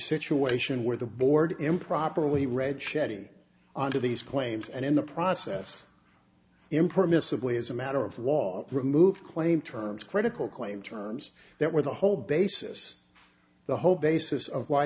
situation where the board improperly read chaddy under these claims and in the process impermissibly as a matter of law remove claim terms critical acclaim terms that were the whole basis the whole basis of why